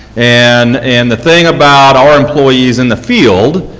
and and the thing about our employees in the field,